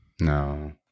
No